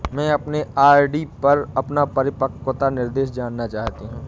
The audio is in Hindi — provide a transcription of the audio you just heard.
मैं अपने आर.डी पर अपना परिपक्वता निर्देश जानना चाहती हूँ